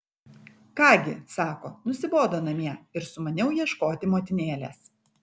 ką gi sako nusibodo namie ir sumaniau ieškoti motinėlės